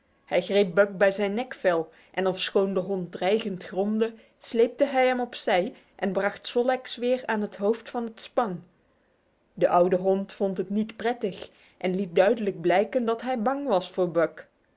hij greep buck bij zijn nekvel en ofschoon de hond dreigend gromde sleepte hij hem op zij en bracht sol leks weer aan het hoofd van het span de oude hond vond het niet prettig en liet duidelijk blijken dat hij bang was voor buck